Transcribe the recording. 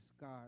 God